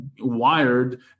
wired